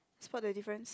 spot the difference